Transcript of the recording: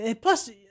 Plus